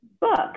book